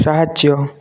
ସାହାଯ୍ୟ